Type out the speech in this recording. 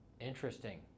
Interesting